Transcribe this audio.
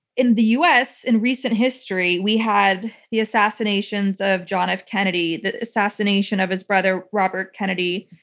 in the us, in recent history, we had the assassination of john f. kennedy, the assassination of his brother, robert kennedy,